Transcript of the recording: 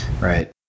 right